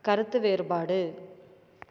கருத்து வேறுபாடு